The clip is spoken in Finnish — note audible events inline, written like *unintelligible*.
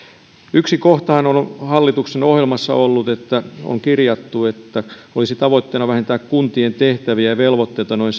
yksi kohtahan on hallituksen ohjelmassa ollut että on kirjattu että olisi tavoitteena vähentää kuntien tehtäviä ja velvoitteita noin *unintelligible*